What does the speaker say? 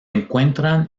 encuentran